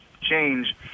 change